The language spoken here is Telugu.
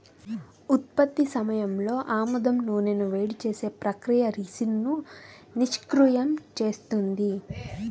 ఉత్పత్తి సమయంలో ఆముదం నూనెను వేడి చేసే ప్రక్రియ రిసిన్ను నిష్క్రియం చేస్తుంది